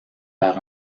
par